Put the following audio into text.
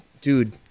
dude